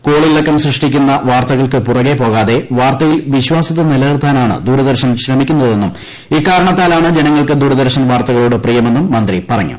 കോളിളക്കം സൃഷ്ടിക്കുന്ന വാർത്തകൾക്ക് പുറകെ പോകാതെ വാർത്തയിൽ വിശ്വാസ്യത നിലനിർത്താനാണ് ശ്രമിക്കുന്നതെന്നും ഇക്കാരണത്താലാണ് ജനങ്ങൾക്ക് ദൂരദർശൻ വാർത്തകളോട് പ്രിയമെന്നും മന്ത്രി പറഞ്ഞു